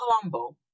colombo